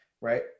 right